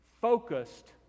focused